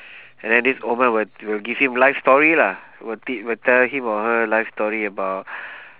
and then this old man will will give him life story lah will teach will tell him or her life story about